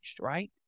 right